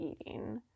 eating